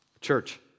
Church